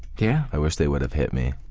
yeah i wish they would have hit me.